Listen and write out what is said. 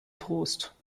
trost